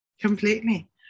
completely